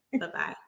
Bye-bye